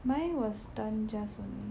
mine was done just only